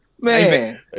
man